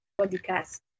podcast